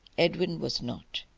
edwin was not.